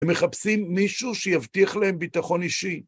הם מחפשים מישהו שיבטיח להם ביטחון אישי.